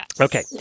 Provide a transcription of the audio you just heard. Okay